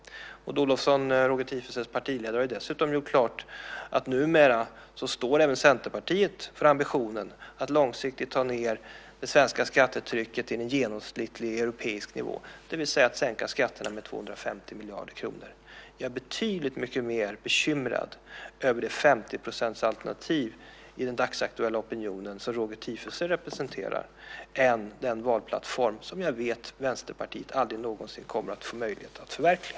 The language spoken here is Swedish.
Maud Olofsson, Roger Tiefensees partiledare, har ju dessutom gjort klart att numera står även Centerpartiet för ambitionen att långsiktigt ta ned det svenska skattetrycket till en genomsnittlig europeisk nivå, det vill säga att sänka skatterna med 250 miljarder kronor. Jag är betydligt mycket mer bekymrad över det 50-procentsalternativ i den dagsaktuella opinionen som Roger Tiefensee representerar än den valplattform som jag vet att Vänsterpartiet aldrig någonsin kommer att få möjlighet att förverkliga.